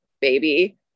baby